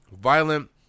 violent